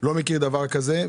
לא מכיר דבר כזה.